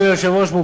אדוני היושב-ראש,